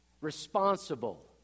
responsible